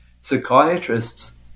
Psychiatrists